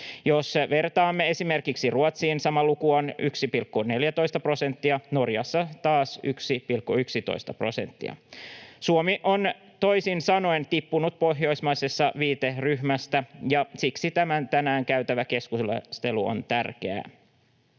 Jos vertaamme esimerkiksi Ruotsiin, sama luku on 1,14 prosenttia, Norjassa taas 1,11 prosenttia. Suomi on toisin sanoen tippunut pohjoismaisesta viiteryhmästä, ja siksi tämä tänään käytävä keskustelu on tärkeää.